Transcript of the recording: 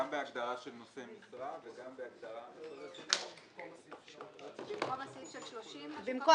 גם בהגדרה של נושא משרה וגם --- במקום סעיף 30,